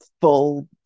full